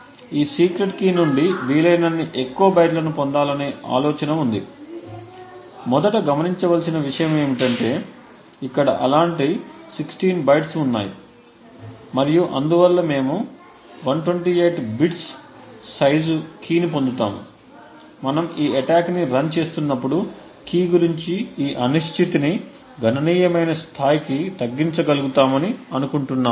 ఈ secret key నుండి వీలైనన్ని ఎక్కువ బైట్లను పొందాలనే ఆలోచన ఉంది మొదట గమనించవలసిన విషయం ఏమిటంటే ఇక్కడ అలాంటి 16 బైట్లు ఉన్నాయి మరియు అందువల్ల మేము 128 బిట్స్ సైజు కీ ని పొందుతాము మనం ఈ attack ని రన్ చేస్తున్నప్పుడు కీ గురించి ఈ అనిశ్చితిని గణనీయమైన స్థాయికి తగ్గించగలుగుతామని అనుకుంటున్నాము